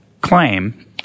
claim